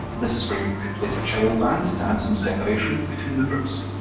this is where you could place a child band to add some separation between the groups.